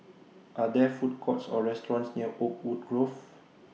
Are There Food Courts Or restaurants near Oakwood Grove